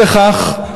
אי לכך,